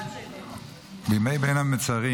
בימי בין המצרים